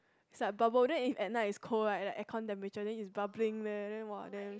is like bubble then if at night is cold right like aircon temperature then it's bubbling there then !wah! damn